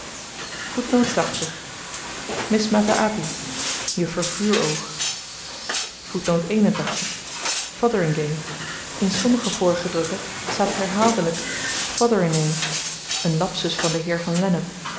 miss mat vuur fotheringhay in sommige vorige drukken staat herhaaldelyk fothineray n lapsus van den heer van lennep